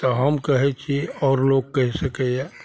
तऽ हम कहय छी आओर लोग कहि सकइए